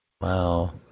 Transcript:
Wow